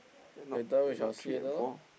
and not and not three and four